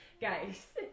guys